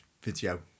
video